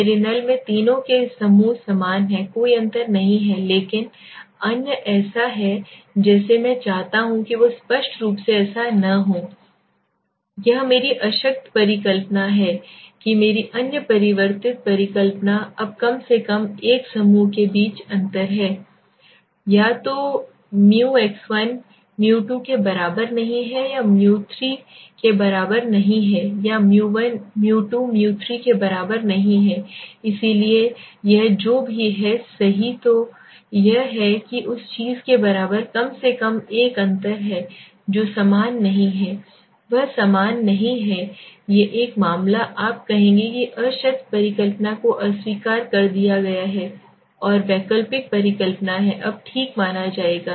मेरे नल में तीनों के समूह समान हैं कोई अंतर नहीं है लेकिन अन्य ऐसा है जैसे मैं चाहता हूं कि वे स्पष्ट रूप से ऐसा न हों यह मेरी अशक्त परिकल्पना है कि मेरी अन्य परिवर्तित परिकल्पना अब कम से कम एक है समूहों के बीच अंतर है या तो μx1 μ2 के बराबर नहीं है या μ3 के बराबर नहीं हैं या μ2 μ3 के बराबर नहीं है इसलिए यह जो भी है सही तो यह है कि उस चीज़ के बीच कम से कम एक अंतर है जो समान नहीं है वह समान नहीं है एक मामला आप कहेंगे कि अशक्त परिकल्पना को अस्वीकार कर दिया गया है और वैकल्पिक परिकल्पना है अब ठीक माना जाएगा